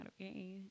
okay